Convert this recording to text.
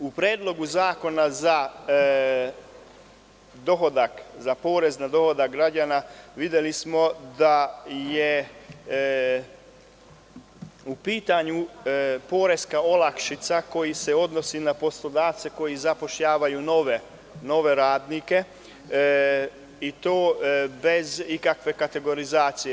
U Predlogu zakona za porez na dohodak građana videli smo da je u pitanju poreska olakšica koja se odnosi na poslodavce koji zapošljavaju nove radnike, i to bez ikakve kategorizacije.